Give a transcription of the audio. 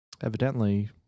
Evidently